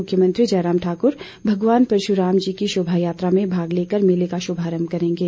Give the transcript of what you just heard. मुख्यमंत्री जयराम ठाक्र भगवान परश्राम जी की शोभा यात्रा में भाग लेकर मेले का श्रभारंभ करेंगे